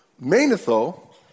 Manetho